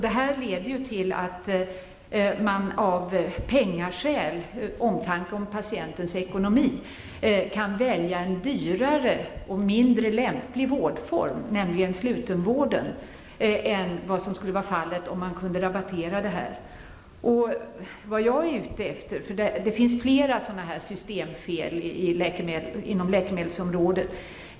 Det här leder till att man av penningskäl, med omtanke om patientens ekonomi, kan välja en dyrare och en mindre lämplig vårdform, nämligen sluten vård, än vad som skulle vara fallet om blodtransfusioner skulle kunna rabatteras. Det finns flera sådana här systemfel inom läkemedelsområdet.